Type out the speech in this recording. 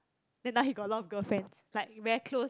then now he got a lot of girlfriends like very close